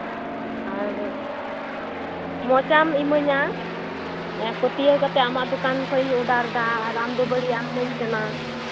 ᱟᱨ ᱢᱚᱡᱽ ᱟᱜ ᱮᱢ ᱤᱢᱟᱹᱧᱟ ᱯᱟᱹᱛᱭᱟᱹᱣ ᱠᱟᱛᱮᱫ ᱟᱢᱟᱜ ᱫᱚᱠᱟᱱ ᱠᱷᱚᱱ ᱤᱧ ᱚᱰᱟᱨ ᱮᱫᱟ ᱟᱨ ᱟᱢᱫᱚ ᱵᱟᱹᱲᱤᱡᱟᱜ ᱮᱢ ᱤᱢᱟᱹᱧ ᱠᱟᱱᱟ